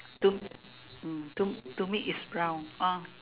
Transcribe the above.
to mm to to me is brown orh